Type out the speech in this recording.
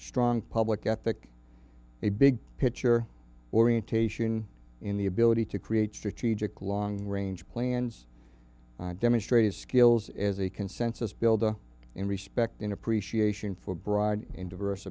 strong public at that a big picture orientation in the ability to create strategic long range plans i demonstrated skills as a consensus builder in respect and appreciation for broad and diverse